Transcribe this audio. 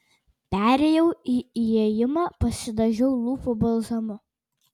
perėjau į ėjimą pasidažiau lūpų balzamu